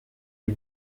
les